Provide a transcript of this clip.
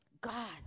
God